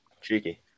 cheeky